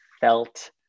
felt